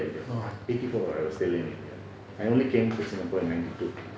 orh